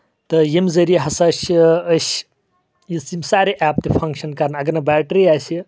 تہٕ ییٚمہِ ذریعہِ ہسا چھِ یس یِم سارے ایپ تہِ فنٛکشن کران اَگر نہٕ بیٹری آسہِ